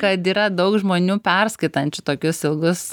kad yra daug žmonių per skaitančių tokius ilgus